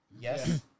Yes